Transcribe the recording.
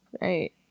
Right